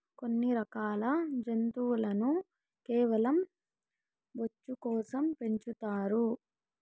కొన్ని రకాల జంతువులను కేవలం బొచ్చు కోసం పెంచుతారు